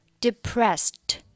Depressed